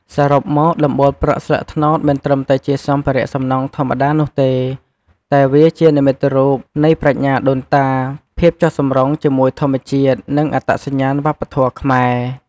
សរុបមក ដំបូលប្រក់ស្លឹកត្នោតមិនត្រឹមតែជាសម្ភារៈសំណង់ធម្មតានោះទេ តែវាជានិមិត្តរូបនៃប្រាជ្ញាដូនតា ភាពចុះសម្រុងជាមួយធម្មជាតិ និងអត្តសញ្ញាណវប្បធម៌ខ្មែរ។